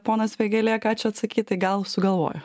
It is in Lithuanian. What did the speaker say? ponas vėgėlė ką čia atsakyt tai gal sugalvojo